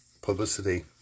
publicity